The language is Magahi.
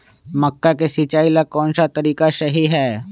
मक्का के सिचाई ला कौन सा तरीका सही है?